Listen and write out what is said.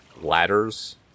ladders